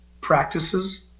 practices